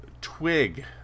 twig